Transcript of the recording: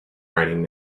writing